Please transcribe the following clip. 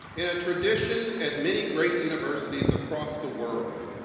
in a tradition at many great universities across the world,